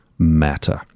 matter